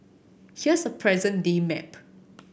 here's a present day map